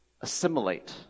Assimilate